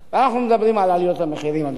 אנחנו מדברים על עליות המחירים, אדוני היושב-ראש,